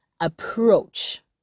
approach